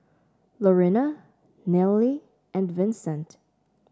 Lorena Nallely and Vicente